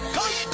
Come